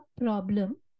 problem